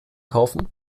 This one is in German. kaufen